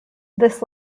this